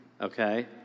Okay